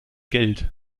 geld